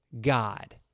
God